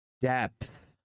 depth